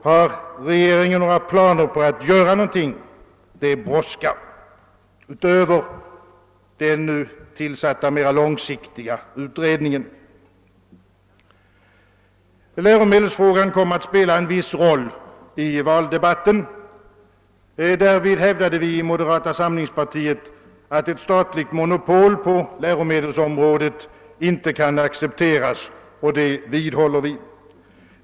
Har regeringen några planer på att göra någonting utöver den nu tillsatta mera långsiktiga utredningen? Det brådskar. Läromedelsfrågan kom att spela en viss roll i valdebatten. Därvid hävdade vi i moderata samlingspartiet att ett statligt monopol på läroboksområdet inte kan accepteras, och det vidhåller vi.